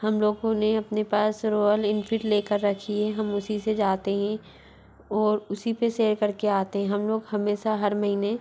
हम लोगों ने अपने पास रोएल इनफिल्ड लेकर रखी है हम उसी से जाते हैं और उसी पे सेर करके आते हें हम लोग हमेशा हर महीने